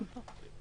גם פה.